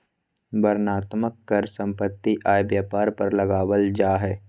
वर्णनात्मक कर सम्पत्ति, आय, व्यापार पर लगावल जा हय